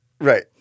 Right